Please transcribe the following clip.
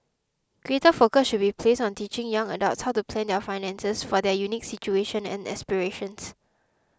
greater focus should be placed on teaching young adults how to plan their finances for their unique situations and aspirations